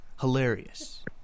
Hilarious